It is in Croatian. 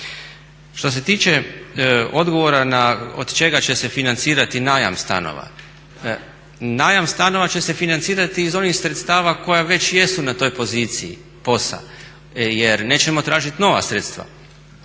Što se tiče odgovora na od čega će se financirati najam stanova, najam stanova će se financirati iz onih sredstava koja već jesu na toj poziciji POS-a. Jer nećemo tražiti nova sredstva.